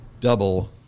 double